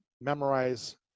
memorize